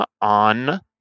on